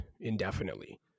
indefinitely